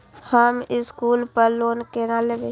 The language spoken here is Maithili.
हम स्कूल पर लोन केना लैब?